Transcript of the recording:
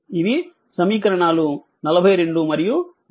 ఇవి సమీకరణాలు 42 మరియు 43